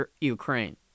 Ukraine